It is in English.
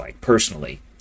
personally